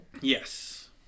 Yes